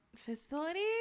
facility